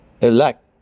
Elect